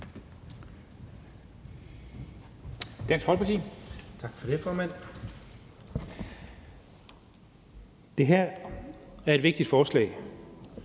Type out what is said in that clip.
Det her er et vigtigt forslag,